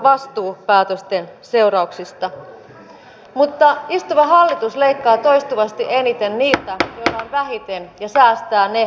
valiokunta kiinnittää huomiota lisäksi siihen että puolustusvoimauudistus rahoitettiin pitkälti puolustusmateriaalihankintojen kustannuksella ja toiminnasta tinkimisellä